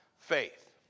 faith